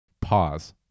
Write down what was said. pause